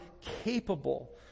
capable